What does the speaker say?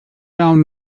down